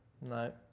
No